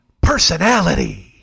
personality